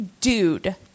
dude